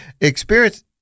experience